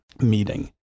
meeting